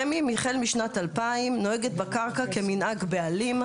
רמ"י החל משנת 2000 נוהגת בקרקע כמנהג בעלים.